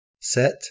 set